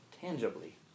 tangibly